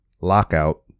Lockout